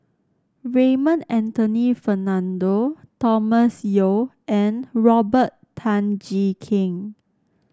Raymond Anthony Fernando Thomas Yeo and Robert Tan Jee Keng